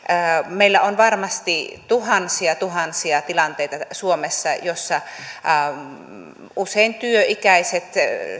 meillä on varmasti tuhansia tuhansia tilanteita suomessa joissa usein työikäiset